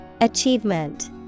Achievement